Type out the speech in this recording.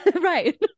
Right